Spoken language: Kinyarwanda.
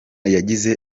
yagize